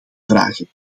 vragen